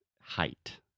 height